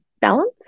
balance